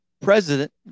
president